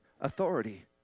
authority